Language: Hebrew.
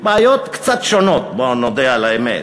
בעיות קצת שונות, בוא נודה על האמת.